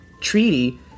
treaty